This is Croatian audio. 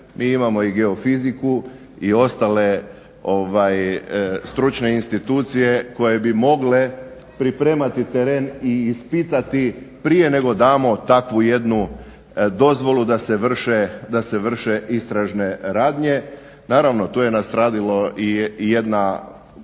Mi imamo i geofiziku i ostale stručne institucije koje bi mogle pripremati teren i ispitati prije nego damo takvu jednu dozvolu da se vrše istražne radnje. Naravno tu je nastradala i jedna